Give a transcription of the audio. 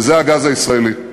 וזה הגז הישראלי.